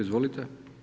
Izvolite.